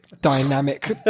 dynamic